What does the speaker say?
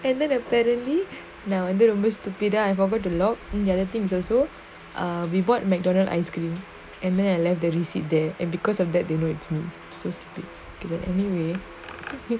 and then apparently now I a bit stupid ah I forgot to lock then the other thing is also we bought McDonald's ice cream and then I left receipt here and because of that they know it's me so stupid okay anyway